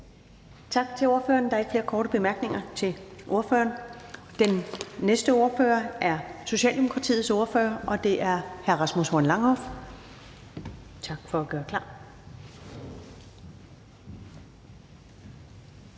Tak til ordføreren. Der er ikke flere korte bemærkninger til ordføreren. Den næste ordfører er Socialdemokratiets ordfører, og det er hr. Rasmus Horn Langhoff. Kl. 13:54 (Ordfører)